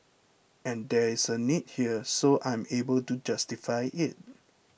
and there is a need here so I'm able to justify it